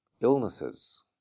illnesses